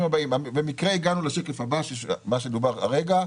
במקרה הגענו לשקף הבא, מה שדובר הרגע.